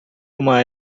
uma